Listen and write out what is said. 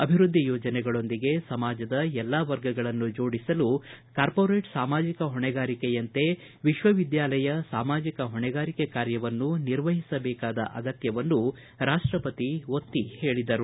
ಅಭಿವೃದ್ಧಿ ಯೋಜನೆಗಳೊಂದಿಗೆ ಸಮಾಜದ ಎಲ್ಲಾ ವರ್ಗಗಳನ್ನು ಜೋಡಿಸಲು ಕಾರ್ಪೊರೇಟ್ ಸಾಮಾಜಿಕ ಹೊಣೆಗಾರಿಕೆಯಂತೆ ವಿಶ್ವವಿದ್ಯಾಲಯ ಸಾಮಾಜಿಕ ಹೊಣೆಗಾರಿಕೆ ಕಾರ್ಯವನ್ನು ನಿರ್ವಹಿಸಬೇಕಾದ ಅಗತ್ಯವನ್ನು ರಾಷ್ಟಪತಿ ಒತ್ತಿ ಹೇಳಿದರು